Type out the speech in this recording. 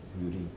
beauty